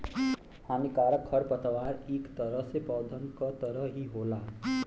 हानिकारक खरपतवार इक तरह से पौधन क तरह ही होला